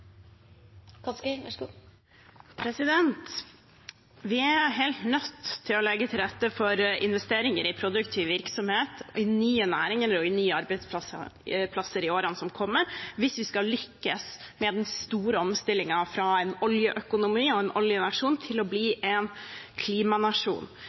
helt nødt til å legge til rette for investeringer i produktiv virksomhet, i nye næringer og i nye arbeidsplasser i årene som kommer, hvis vi skal lykkes med den store omstillingen fra å være en oljeøkonomi og en oljenasjon til å